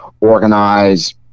organize